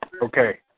Okay